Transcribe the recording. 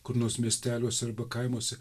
kur nors miesteliuose arba kaimuose